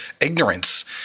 ignorance